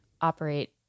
operate